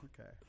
Okay